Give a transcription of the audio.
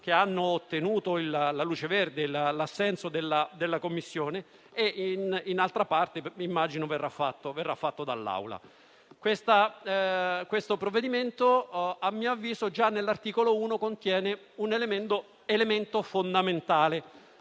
che hanno ottenuto l'assenso della Commissione, e in altra parte - immagino - verrà fatto dall'Aula. Questo provvedimento, a mio avviso, già nell'articolo 1 contiene un elemento fondamentale: